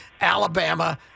Alabama